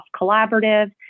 Collaborative